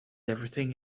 everything